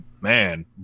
man